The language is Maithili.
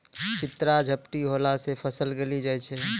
चित्रा झपटी होला से फसल गली जाय छै?